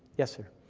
yes sir.